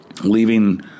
leaving